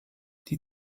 die